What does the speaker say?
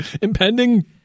impending